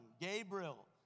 Gabriel